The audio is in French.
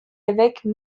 évêque